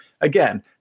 Again